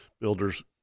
Builder's